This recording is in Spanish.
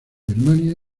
birmania